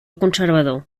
conservador